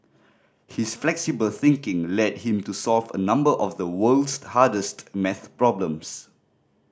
his flexible thinking led him to solve a number of the world's hardest maths problems